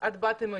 עוד משהו, יוליה?